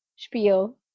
spiel